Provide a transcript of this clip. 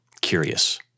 curious